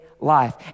life